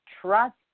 trust